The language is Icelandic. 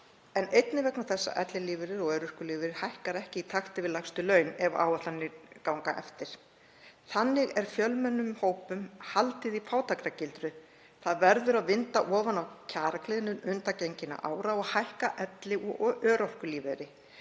en einnig vegna þess að ellilífeyrir og örorkulífeyrir hækka ekki í takti við lægstu laun, ef áætlanir ganga eftir. Þannig er fjölmennum hópum haldið í fátæktargildru. Það verður að minnka kjaragliðnun undangenginna ára og hækka elli- og örorkulífeyri.